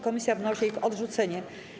Komisja wnosi o ich odrzucenie.